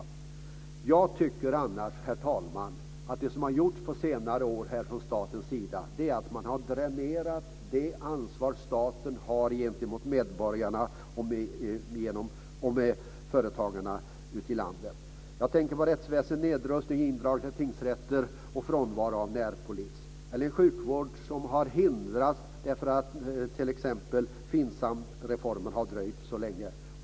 Annars tycker jag, herr talman, att det som har gjorts här under senare år från statens sida är att man har dränerat det ansvar som staten har gentemot medborgarna och företagarna ute i landet. Jag tänker på rättsväsendets nedrustning, indragningen av tingsrätter och frånvaron av närpolis. Sjukvård har hindrats t.ex. genom att FINSAM-reformen har dröjt så länge.